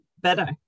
better